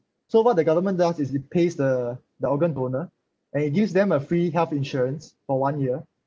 so what the government does is it pays the the organ donor and it gives them a free health insurance for one year